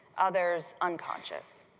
others unconscious.